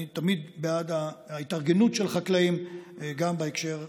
אני תמיד בעד התארגנות של חקלאים, גם בהקשר הזה.